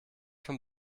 von